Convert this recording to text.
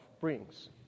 brings